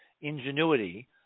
ingenuity